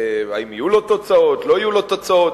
אם יהיו לו תוצאות, לא יהיו לו תוצאות,